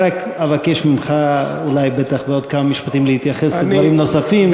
רק אבקש ממך אולי בעוד כמה משפטים להתייחס לדברים נוספים,